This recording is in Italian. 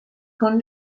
con